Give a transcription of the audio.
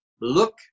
look